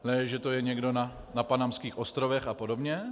Ne že to je někdo na Panamských ostrovech a podobně.